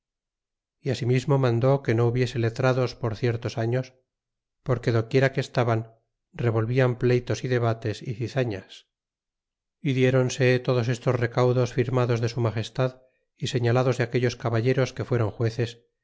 y asimismo mandó que no hubiese letrados por ciertos años porque doquiera que estaban revolvian pleytos y debates y zizañas y dieronse todos estos recaudos firmados de su magestad y señalados de aquellos caballeros que fuéron jueces